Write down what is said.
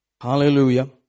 Hallelujah